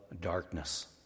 darkness